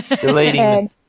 Deleting